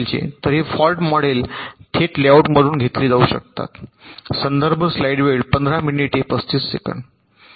तर हे fault model थेट लेआउटमधून घेतले जाऊ शकतात